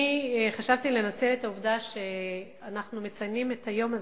אני חשבתי לנצל את העובדה שאנחנו מציינים את היום הזה,